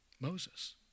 Moses